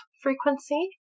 frequency